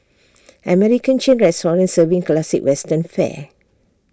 American chain restaurant serving classic western fare